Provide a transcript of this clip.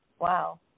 Wow